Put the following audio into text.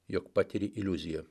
jog patiri iliuziją